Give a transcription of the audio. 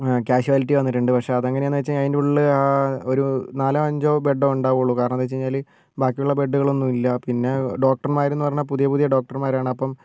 casualty വന്നിട്ടുണ്ട് പക്ഷേ അതെങ്ങാനാന്നു വെച്ചു കഴിഞ്ഞാൽ അതിൻ്റെ ഉള്ളിൽ ഒരു നാലോ അഞ്ചോ ബെഡേ ഉണ്ടാവുള്ളു കാരണോന്നു വെച്ചുകഴിഞ്ഞാൽ ബാക്കിയുള്ള ബെഡുകളൊന്നുമില്ല പിന്നെ ഡോക്ടർമാരെന്നു പറഞ്ഞാൽ പുതിയ പുതിയ ഡോക്ടർമാരാണ് അപ്പം